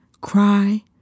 Cry